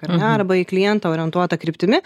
ar ne arba į klientą orientuota kryptimi